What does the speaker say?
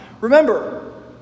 Remember